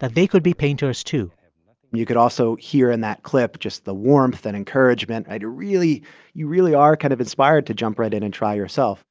that they could be painters, too you could also hear in that clip just the warmth and encouragement. i'd really you really are kind of inspired to jump right in and try yourself